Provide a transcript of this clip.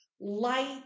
light